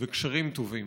וקשרים טובים.